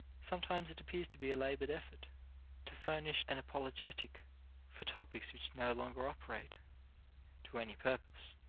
sometimes it appears to be a labored effort to furnish an apologetic for topics which no longer operate to any purpose,